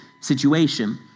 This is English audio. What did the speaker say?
situation